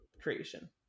creation